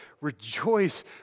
rejoice